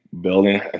building